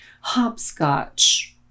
hopscotch